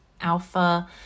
alpha